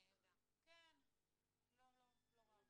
לא רואה בעיה.